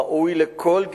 ראוי לכל גינוי,